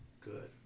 Good